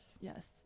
yes